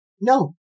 No